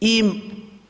I